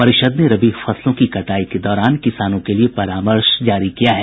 परिषद ने रबी फसलों की कटाई के दौरान किसानों के लिए परामर्श जारी किया है